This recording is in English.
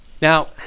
Now